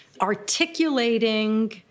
articulating